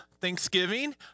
Thanksgiving